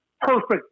Perfect